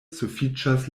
sufiĉas